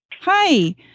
Hi